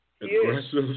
Aggressive